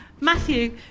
Matthew